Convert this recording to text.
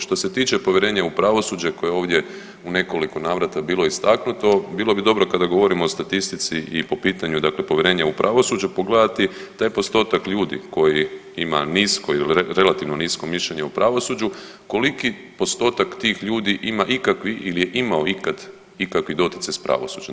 Što se tiče povjerenja u pravosuđe koje je ovdje u nekoliko navrata bilo istaknuto, bilo bi dobro kada govorimo o statistici i po pitanju, dakle povjerenja u pravosuđe pogledati taj postotak ljudi koji ima nisko ili relativno nisko mišljenje o pravosuđu koliki postotak tih ljudi ima ikakvi ili je imao ikad ikakvi doticaj sa pravosuđem.